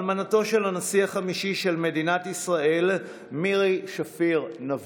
אלמנתו של הנשיא החמישי של מדינת ישראל מירי שפיר-נבון,